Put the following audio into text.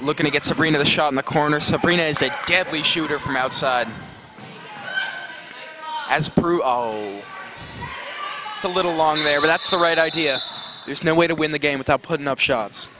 looking to get sabrina the shot in the corner supreme is a deadly shooter from outside as it's a little long there but that's the right idea there's no way to win the game without putting up shots